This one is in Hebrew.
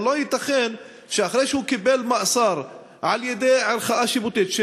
אבל לא ייתכן שאחרי שהוא קיבל מאסר על-ידי ערכאה שיפוטית,